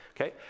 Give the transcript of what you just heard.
Okay